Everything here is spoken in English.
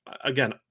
Again